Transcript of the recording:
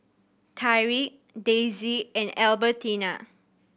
Tyrik Daisie and Albertina